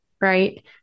right